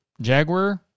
jaguar